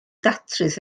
datrys